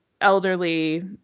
elderly